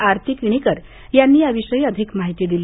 आरती किणीकर यांनी याविषयी माहिती दिली